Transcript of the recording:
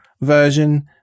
version